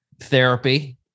Therapy